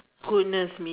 goodness me